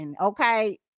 okay